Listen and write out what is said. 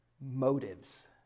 motives